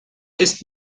ist